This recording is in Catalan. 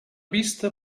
vista